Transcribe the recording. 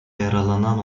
yaralanan